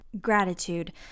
gratitude